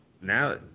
now